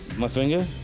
my finger?